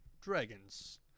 dragons